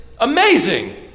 amazing